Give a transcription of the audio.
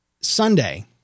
Sunday